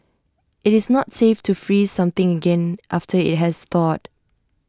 IT is not safe to freeze something again after IT has thawed